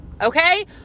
Okay